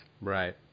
Right